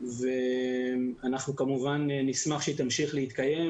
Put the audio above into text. ואנחנו כמובן נשמח שהיא תמשיך להתקיים